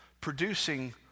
producing